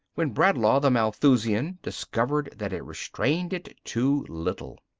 when bradlaugh the malthusian discovered that it restrained it too little.